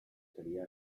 sería